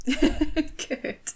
Good